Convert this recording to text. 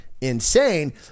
insane